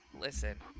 listen